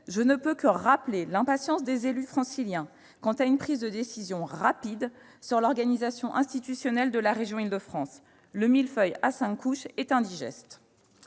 je ne peux que rappeler l'impatience des élus franciliens quant à une prise de décision sur l'organisation institutionnelle de la région d'Île-de-France. Le millefeuille à cinq couches est indigeste